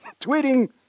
tweeting